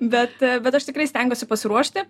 bet bet aš tikrai stengiuosi pasiruošti